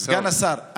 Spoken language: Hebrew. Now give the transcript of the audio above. סגן השר,